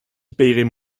paieraient